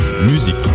Musique